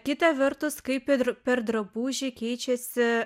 kita vertus kaip ir per drabužį keičiasi